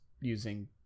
using